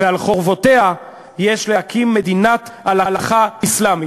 ועל חורבותיה יש להקים מדינת הלכה אסלאמית.